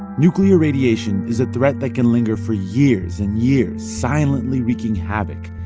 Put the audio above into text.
nuclear radiation is a threat that can linger for years and years, silently wreaking havoc,